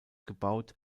gebaut